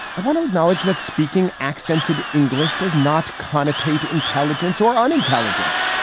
i want to acknowledge that speaking accented english does not connotates intelligence or unintelligence.